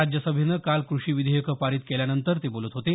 राज्यसभेनं काल कृषी विधेयकं पारित केल्यानंतर ते बोलत होते